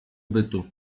bytu